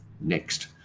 next